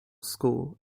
school